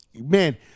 man